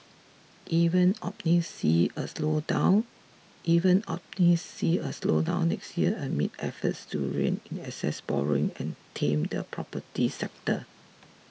even optimists see a slowdown even optimists see a slowdown next year amid efforts to rein in excess borrowing and tame the property sector